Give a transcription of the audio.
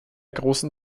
grossen